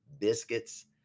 biscuits